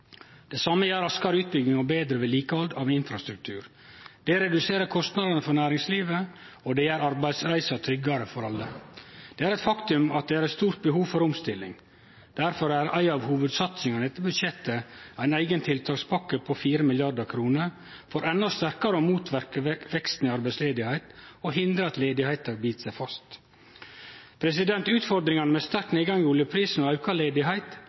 Det same gjer raskare utbygging og betre vedlikehald av infrastruktur. Det reduserer kostnadene for næringslivet, og det gjer arbeidsreisa tryggare for alle. Det er eit faktum at det er eit stort behov for omstilling. Difor er ei av hovudsatsingane i dette budsjettet ein eigen tiltakspakke på 4 mrd. kr for endå sterkare å motverke veksten i arbeidsløysa og å hindre at arbeidsløysa bit seg fast. Utfordringane med sterk nedgang i oljeprisen og